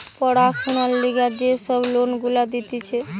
পড়াশোনার লিগে যে সব লোন গুলা দিতেছে